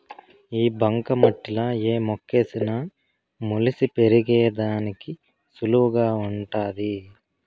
ఈ బంక మట్టిలా ఏ మొక్కేసిన మొలిసి పెరిగేదానికి సులువుగా వుంటాది